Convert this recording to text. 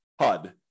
HUD